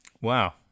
Wow